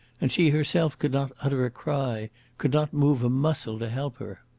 and she herself could not utter a cry could not move a muscle to help her.